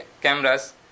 cameras